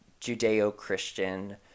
Judeo-Christian